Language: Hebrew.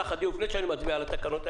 לפני ההצבעה על התקנות,